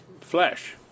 flesh